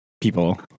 people